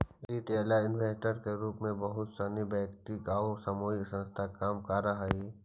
retail investor के रूप में बहुत सनी वैयक्तिक आउ सामूहिक संस्था काम करऽ हइ